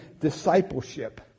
discipleship